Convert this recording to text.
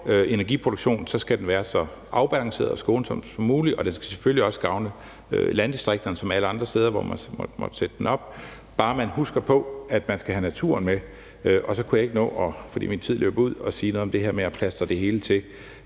energiproduktion, skal den være så afbalanceret og skånsom som muligt, og den skal selvfølgelig også gavne landdistrikterne ligesom alle andre steder, hvor man måtte sætte det op – bare man husker på, at man skal have naturen med. Nu kan jeg ikke nå, fordi min taletid løber ud, at sige noget om det her med at plastre det hele til,